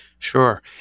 Sure